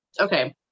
Okay